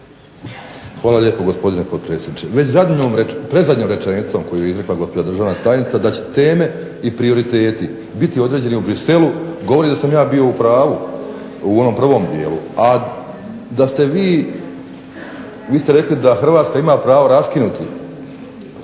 Hvala lijepo gospodine potpredsjedniče. Već predzadnjom rečenicom koju je izrekla gospođa državna tajnica da će teme i prioriteti biti određeni u Bruxellesu govore da sam ja bio u pravu u onom prvom dijelu. A da ste vi, vi ste rekli da Hrvatska ima pravo raskinuti.